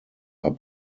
are